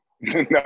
No